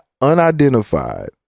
unidentified